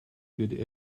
good